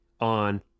on